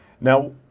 Now